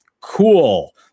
cool